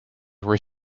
were